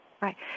Right